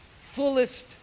fullest